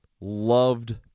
loved